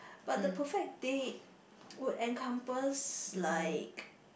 but the perfect date would encompass like